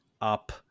up